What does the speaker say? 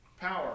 power